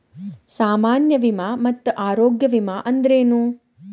ಸಾಮಾನ್ಯ ವಿಮಾ ಮತ್ತ ಆರೋಗ್ಯ ವಿಮಾ ಅಂದ್ರೇನು?